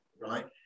right